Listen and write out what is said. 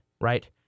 right